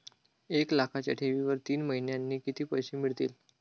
एक लाखाच्या ठेवीवर तीन महिन्यांनी किती पैसे मिळतील?